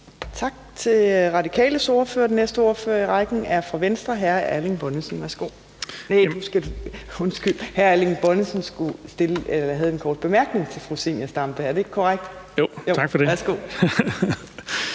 Tak til Radikales ordfører. Den næste ordfører i rækken er fra Venstre, hr. Erling Bonnesen. Nej, undskyld, hr. Erling Bonnesen har en kort bemærkning til fru Zenia Stampe – er det ikke korrekt? (Erling Bonnesen